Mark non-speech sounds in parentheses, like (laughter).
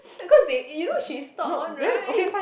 because they (laughs) you know she stalk one right